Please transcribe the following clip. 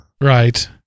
Right